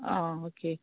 आं ओके